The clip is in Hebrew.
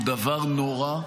הוא דבר נורא,